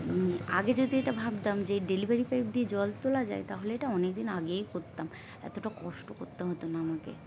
আগে যদি এটা ভাবতাম যে ডেলিভারি পাইপ দিয়ে জল তোলা যায় তাহলে এটা অনেক দিন আগেই করতাম এতটা কষ্ট করতে হতো না আমাকে